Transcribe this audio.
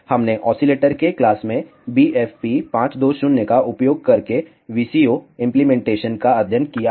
हमने ओसीलेटर के क्लास में BFP 520 का उपयोग करके VCO इंप्लीमेंटेशन का अध्ययन किया है